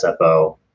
sfo